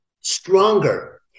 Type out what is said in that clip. stronger